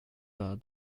war